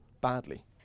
badly